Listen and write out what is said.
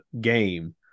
game